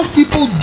people